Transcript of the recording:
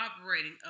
operating